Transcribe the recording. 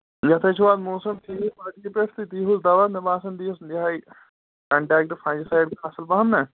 یَتھ حظ چھُو آز موسَم ٹھیٖک پٲٹھۍ تُہۍ دِیٖوُس دَوا مےٚ باسان دِیٖوُس یِہٕے کَنٹیکٹ اَصٕل پَہَم نہ